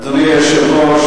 אדוני היושב-ראש,